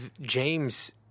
James